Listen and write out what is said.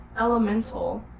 Elemental